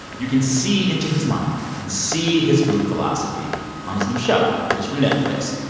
you can see into his mind and see his food philosophy on his new show. it is from netflix.